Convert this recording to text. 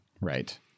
Right